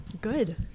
Good